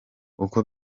uko